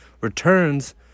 Returns